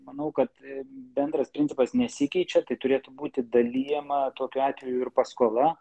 manau kad bendras principas nesikeičia tai turėtų būti dalijama tokiu atveju ir paskola